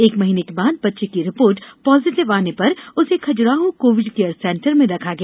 एक महीने के बाद बच्चे की रिपोर्ट पॉजिटिव आने पर उसे खजुराहो कोविड केयर सेंटर में रखा गया